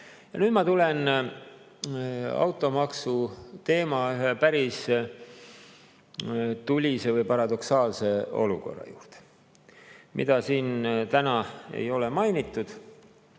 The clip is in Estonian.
Nüüd ma tulen automaksu teemal ühe päris paradoksaalse olukorra juurde, mida siin täna ei ole mainitud.